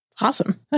Awesome